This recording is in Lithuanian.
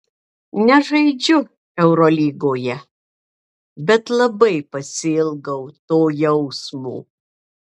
nežaidžiu eurolygoje bet labai pasiilgau to jausmo